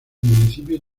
municipio